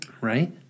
Right